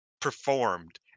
performed